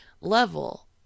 level